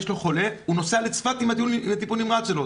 אם יש לו חולה הוא נוסע לצפת עם הניידת לטיפול נמרץ שלו.